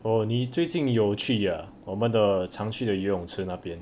oh 你最近有去 ah 我们的长去的游泳池那边